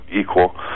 equal